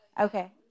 Okay